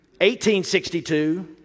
1862